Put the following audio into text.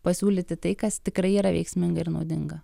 pasiūlyti tai kas tikrai yra veiksminga ir naudinga